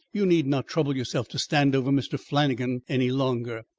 you need not trouble yourself to stand over mr. flannagan any longer.